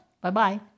Bye-bye